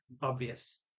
obvious